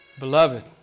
Beloved